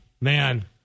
Man